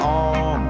on